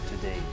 today